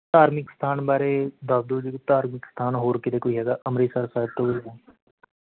ਧਾਰਮਿਕ ਸਥਾਨ ਬਾਰੇ ਦੱਸਦੋ ਜੇ ਧਾਰਮਿਕ ਸਥਾਨ ਹੋਰ ਕੀਤੇ ਕੋਈ ਹੈਗਾ ਅੰਮ੍ਰਿਤਸਰ ਸਾਹਿਬ ਤੋਂ